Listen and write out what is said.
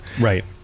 right